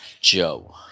Joe